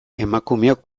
emakumeok